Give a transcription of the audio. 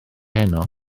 heno